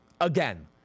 Again